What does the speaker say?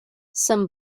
some